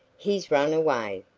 he's run away.